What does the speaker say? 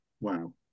Wow